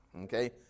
okay